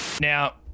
now